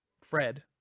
Fred